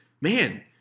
man